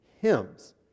hymns